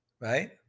right